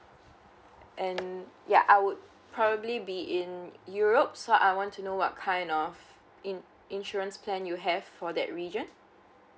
and ya I would probably be in europe so I want to know what kind of in~ insurance plan you have for that region